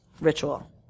ritual